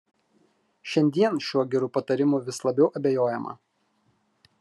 šiandien šiuo geru patarimu vis labiau abejojama